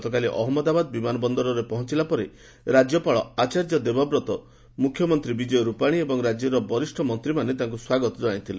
ଗତକାଲି ଅହଞ୍ଚଳଦାବାଦ ବିମାନ ବନ୍ଦରରେ ପହଞ୍ଚିଲାପରେ ରାଜ୍ୟପାଳ ଆଚାର୍ଯ୍ୟ ଦେବବ୍ରତ ମୁଖ୍ୟମନ୍ତ୍ରୀ ବିଜୟ ରୂପାଣୀ ଏବଂ ରାଜ୍ୟର ବରିଷ୍ଣ ମନ୍ତ୍ରୀମାନେ ତାଙ୍କୁ ସ୍ୱାଗତ ଜଣାଇଥିଲେ